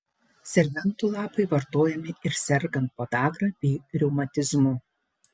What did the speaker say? serbentų lapai vartojami ir sergant podagra bei reumatizmu